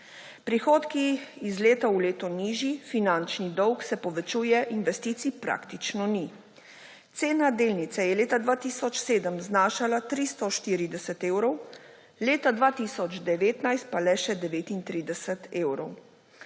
prihodki iz leta v leto nižji, finančni dolg se povečuje, investicij praktično ni. Cena delnice je leta 2007 znašala 340 evrov, leta 2019 pa le še 39 evrov.